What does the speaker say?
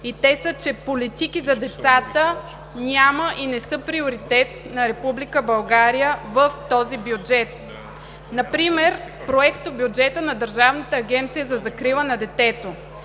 и те са, че политики за децата няма и не са приоритет на Република България в този бюджет. Например Проектобюджетът на Държавната агенция за закрила на детето